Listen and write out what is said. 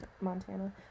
Montana